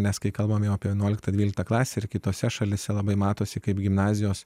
nes kai kalbame apie vienuoliktą dvyliktą klasę ir kitose šalyse labai matosi kaip gimnazijos